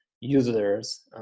users